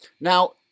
Now